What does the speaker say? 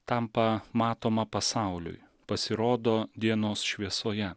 tampa matoma pasauliui pasirodo dienos šviesoje